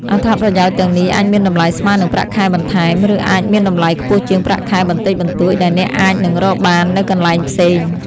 អត្ថប្រយោជន៍ទាំងនេះអាចមានតម្លៃស្មើនឹងប្រាក់ខែបន្ថែម ឬអាចមានតម្លៃខ្ពស់ជាងប្រាក់ខែបន្តិចបន្តួចដែលអ្នកអាចនឹងរកបាននៅកន្លែងផ្សេង។